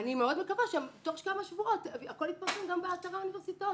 אני מאוד מקווה שתוך כמה שבועות הכול יתפרסם גם באתרי האוניברסיטאות,